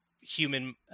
human